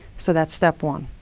so that's step one.